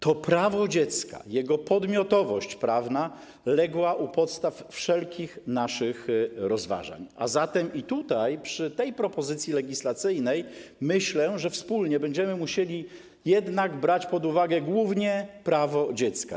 To prawo dziecka, jego podmiotowość prawna legła u postaw wszelkich naszych rozważań, a zatem i przy tej propozycji legislacyjnej będziemy, myślę, wspólnie musieli jednak brać pod uwagę głównie prawo dziecka.